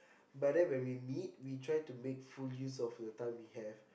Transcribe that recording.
but then when we meet we try to make full use of the time we have